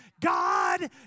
God